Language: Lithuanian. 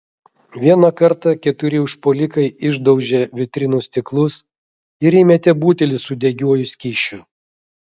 vieną kartą keturi užpuolikai išdaužė vitrinų stiklus ir įmetė butelį su degiuoju skysčiu